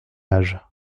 âge